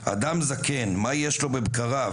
// אדם זקן - מה יש לו בבקריו?